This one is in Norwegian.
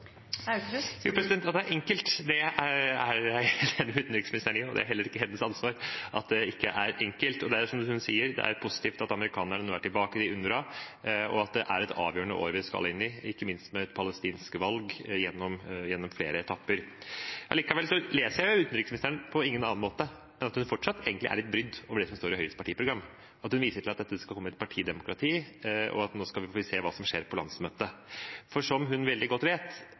At det ikke er enkelt, er jeg helt enig med utenriksministeren i, og det er heller ikke hennes ansvar at det ikke er enkelt. Og det er, som hun sier, positivt at amerikanerne nå er tilbake i UNRWA, og at det er et avgjørende år vi skal inn i, ikke minst med palestinsk valg gjennom flere etapper. Allikevel leser jeg utenriksministeren på ingen annen måte enn at hun fortsatt egentlig er litt brydd over det som står i Høyres partiprogram – hun viser til at det er partidemokrati, og at vi nå skal se hva som skjer på landsmøtet – for som hun veldig godt vet,